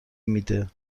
میده